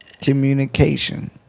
communication